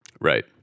right